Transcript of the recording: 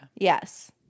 Yes